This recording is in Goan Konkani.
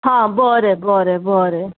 आं बरें बरें बरें